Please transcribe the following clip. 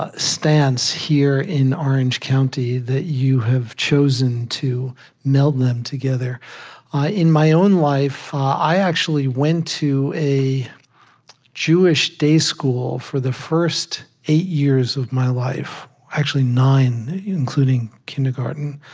ah stance here in orange county that you have chosen to meld them together in my own life, i went to a jewish day school for the first eight years of my life actually, nine, including kindergarten.